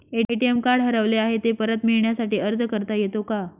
ATM card हरवले आहे, ते परत मिळण्यासाठी अर्ज करता येतो का?